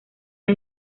una